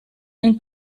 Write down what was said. and